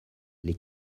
les